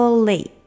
late